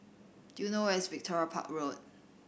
do you know where is Victoria Park Road